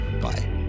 Bye